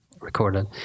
recorded